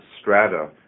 strata